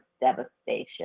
devastation